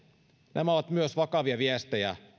nämä ovat myös vakavia viestejä